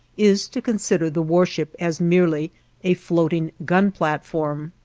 is to consider the warship as merely a floating gun-platform.